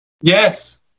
Yes